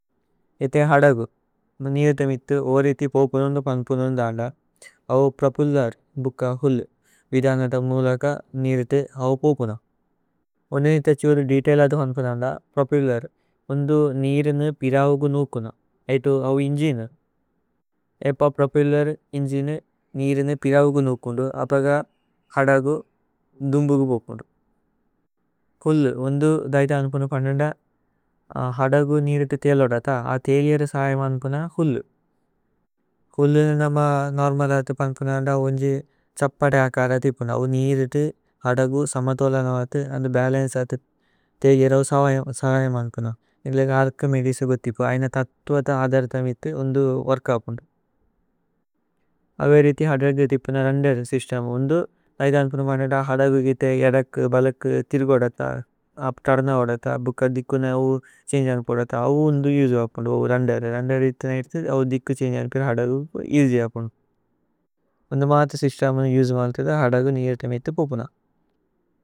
ഏഥേ ഹദഗു, നീരിത മിതു, ഓരേതി പോപുനു ന്ദു പന്പുനു ന്ദ ന്ദ അവോ പ്രപേഉല്ലര് ബുക ഹുല്। വിദന്ഗത മുലക നീരിതി അവോ പോപുന ഉനേനിത। ഛി ഉരു ദേതൈല് അഥി പന്പുന ന്ദ പ്രപേഉല്ലര്। ഉന്ദു നീരിനി പിരൌഗു നുകുന ഐതോ അവോ ഇന്ജി। ന ഏപോ പ്രപേഉല്ലര് ഇന്ജി നി നീരിനി പിരൌഗു നുകുന്ദു അപഗ ഹദഗു ദുമ്ബുഗു പോപുന്ദു ഹുല്। ഉന്ദു ദൈഥ അന്പുനു പന്ദു ന്ദ ഹദഗു നീരിത। ഥേഅല്ലോദത അ ഥേഅല്ലേര സഹയമ് അന്പുന ഹുല്। ഹുല്നേ നമ നോര്മല് അഥി പന്പുന ന്ദ അവോ ഇന്ജി। ഛപത അകരതി പ്പുന അവോ നീരിതി ഹദഗു। സമ തോല്ലന അഥി അന്ദു ബലന്ചേ അഥ് ഥേഅല്ലേര। സഹയമ് അന്പുന നിഗേ ലഗ അര്ക। മേദിസു കുഥിപു, ഐന തത്തു അഥ ആധര്ഥ। മിതു ഉന്ദു വോര്ക പ്പുനു അവേ രിതി ഹദഗു ഥിപ്പു। ന രുന്ദേര് സ്യ്സ്തേമു ഉന്ദു ലൈഥ അന്പുനു പന്ദ। ദ ഹദഗു കിതേ യദകു, ബലകു, ഥേഅല്ലോദത। ഉപ് തുര്നഓദത ബൂക ദികുന അവോ ഛന്ഗേ। അന്പോദത അവോ ഉന്ദു യുജു അപ്പുനു അവോ രുന്ദേര്। രുന്ദേര് രിതി ന ഇതി അവോ ദികു ഛന്ഗേ അന്പില। ഹദഗു ഏഅസ്യ് അപ്പുനു ഉന്ദു മഥ സ്യ്സ്തേമു നു। യുജു മഥ ദ ഹദഗു നീരിത മിതു പോപുന।